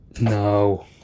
No